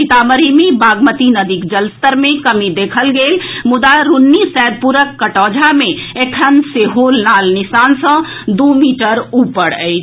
सीतामढ़ी मे बागमती नदीक जलस्तर मे कमी देखल गेल मुदा रून्नी सैदपुरक कटौंझा मे एखन सेहो लाल निशान सँ दू मीटर ऊपर अछि